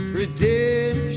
redemption